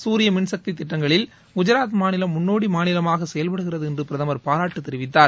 ஞரிய மின்சக்தி திட்டங்களில் குஜராத் மாநிலம் முன்னோடி மாநிலகமாக செயல்படுகிறது என்று பிரதமா் பாராட்டு தெரிவித்தார்